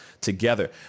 together